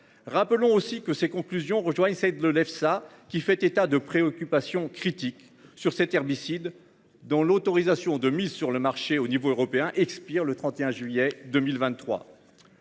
Rappelons aussi que ces conclusions je dois essayer de le le, ça qui fait état de préoccupation critique sur cet herbicide dont l'autorisation de mise sur le marché au niveau européen expire le 31 juillet 2023.